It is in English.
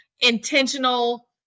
intentional